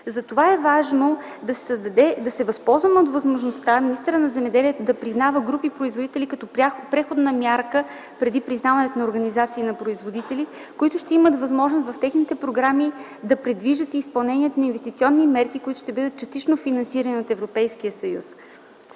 Затова е важно да се възползваме от възможността министърът на земеделието и храните да признава групи производители като преходна мярка преди признаването на организации на производители, които ще имат възможност в техните програми да предвиждат и изпълнението на инвестиционни мерки, които ще бъдат частично финансирани от Европейския съюз.